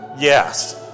Yes